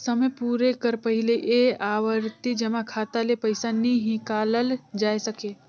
समे पुरे कर पहिले ए आवरती जमा खाता ले पइसा नी हिंकालल जाए सके